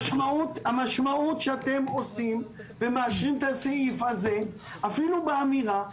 המשמעות של מה שאתם עושים כשאתם מאשרים את הסעיף הזה אפילו באמירה,